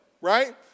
right